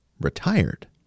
retired